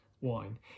wine